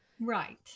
Right